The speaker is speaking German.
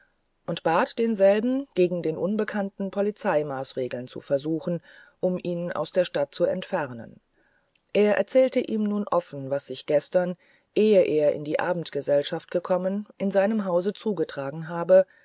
und bat denselben gegen den unbekannten polizeimaßregeln zu versuchen um ihn aus der stadt zu entfernen er erzählte ihm nun offen was sich gestern ehe er in die abendgesellschaft gekommen in seinem hause zugetragen habe